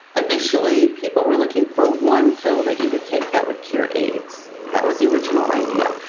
initially people were looking for one pill that you would take that would cure aids, that was the original idea.